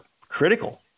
critical